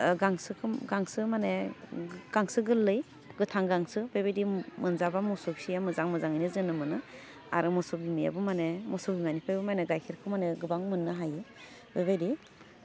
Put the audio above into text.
ओह गांसोखौ गांसो माने गांसो गोरलै गोथां गांसो बेबायदि मोनजाबा मोसौ फिसाया मोजां मोजाङैनो जोनोम मोनो आरो मोसौ बिमायाबो माने मोसौ बिमानिफ्रायबो माने गाइखेरखौ माने गोबां मोननो हायो बेबायदि